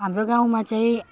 हाम्रो गाउँमा चाहिँ